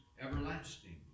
everlasting